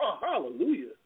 Hallelujah